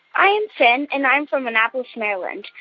i am finn, and i'm from annapolis, md. so and